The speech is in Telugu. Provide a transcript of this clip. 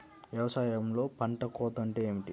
వ్యవసాయంలో పంట కోత అంటే ఏమిటి?